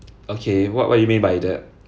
okay what what you mean by that